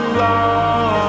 love